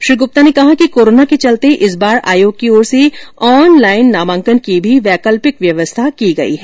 श्री गुप्ता ने कहा कि कोरोना के चलते इस बार आयोग की ओर से ऑनलाइन नामांकन की भी वैकल्पिक व्यवस्था की है